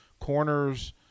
Corners